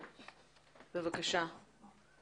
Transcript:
בבקשה.